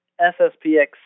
SSPX